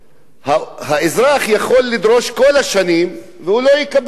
האזרח יכול לדרוש כל השנים והוא לא יקבל כלום.